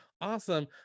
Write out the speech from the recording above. awesome